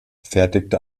fertigte